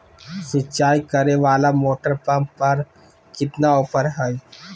सिंचाई करे वाला मोटर पंप पर कितना ऑफर हाय?